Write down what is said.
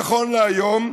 נכון להיום,